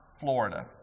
Florida